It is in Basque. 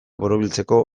borobiltzeko